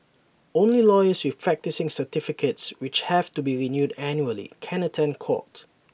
only lawyers with practising certificates which have to be renewed annually can attend court